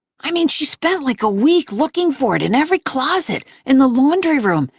i mean, she spent like a week looking for it in every closet, in the laundry room,